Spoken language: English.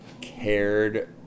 cared